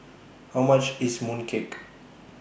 How much IS Mooncake